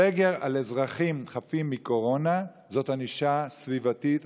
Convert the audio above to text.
סגר על אזרחים חפים מקורונה זאת ענישה סביבתית,